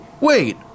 Wait